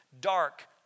dark